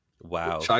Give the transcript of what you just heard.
Wow